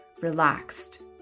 relaxed